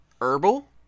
herbal